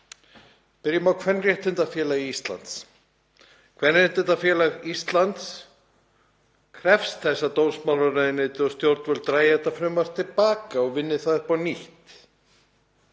Byrjum á Kvenréttindafélagi Íslands. Kvenréttindafélag Íslands krefst þess að dómsmálaráðuneytið og stjórnvöld dragi þetta frumvarp til baka og vinni það upp á nýtt.